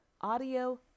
audio